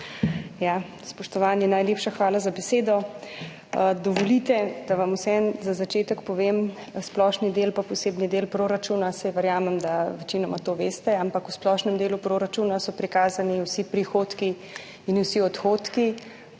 Spoštovani, najlepša hvala za besedo. Dovolite, da vam vseeno za začetek povem splošni del pa posebni del proračuna. Saj verjamem, da večinoma to veste, ampak v splošnem delu proračuna so prikazani vsi prihodki in vsi odhodki